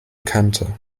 kante